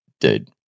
Dude